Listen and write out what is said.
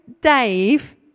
Dave